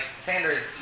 Sanders